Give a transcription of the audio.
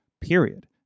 Period